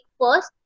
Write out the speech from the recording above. first